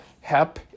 HEP